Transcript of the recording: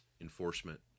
enforcement